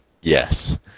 Yes